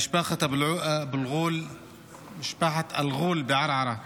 משפחת אל-ע'ול בערערה בנגב,